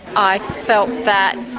i felt that